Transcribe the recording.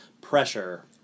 pressure